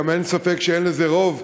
גם אין ספק שאין לזה רוב,